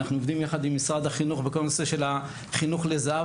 אנחנו עובדים יחד עם משרד החינוך בכל הנושא של החינוך לזהב,